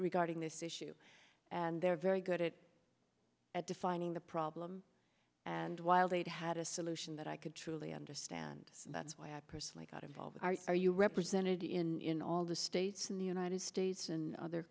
regarding this issue and they're very good it at defining the problem and while that had a solution that i could truly understand about why i personally got involved are you represented in all the states in the united states and other